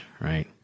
right